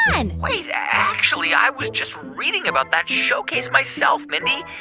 and wait. actually, i was just reading about that showcase myself, mindy.